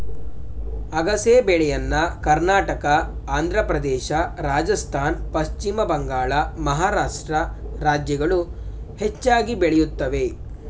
ಅಗಸೆ ಬೆಳೆಯನ್ನ ಕರ್ನಾಟಕ, ಆಂಧ್ರಪ್ರದೇಶ, ರಾಜಸ್ಥಾನ್, ಪಶ್ಚಿಮ ಬಂಗಾಳ, ಮಹಾರಾಷ್ಟ್ರ ರಾಜ್ಯಗಳು ಹೆಚ್ಚಾಗಿ ಬೆಳೆಯುತ್ತವೆ